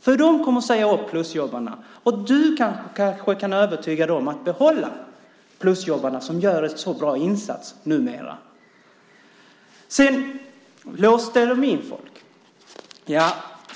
för de kommer att säga upp plusjobbarna. Du kanske kan övertyga dem om att behålla plusjobbarna, som numera gör en så bra insats. Nästa fråga är: Låste plusjobben in folk?